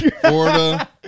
Florida